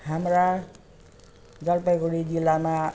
हाम्रा जलपाइगुडी जिल्लामा